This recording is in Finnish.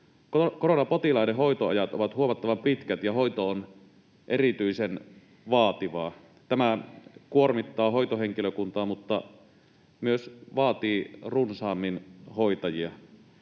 koronapotilaiden hoitoajat ovat huomattavan pitkät ja hoito on erityisen vaativaa. Tämä kuormittaa hoitohenkilökuntaa mutta myös vaatii runsaammin hoitajia.